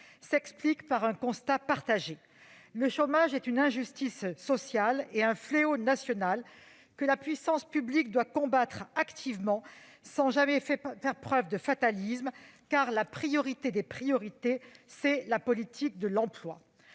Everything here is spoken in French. s'explique par un constat partagé : le chômage est une injustice sociale et un fléau national, que la puissance publique doit combattre activement, sans jamais tomber dans le fatalisme, car la priorité des priorités est la politique de l'emploi.